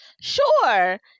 sure